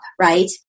right